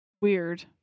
Weird